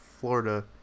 Florida